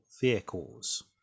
vehicles